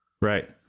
Right